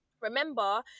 Remember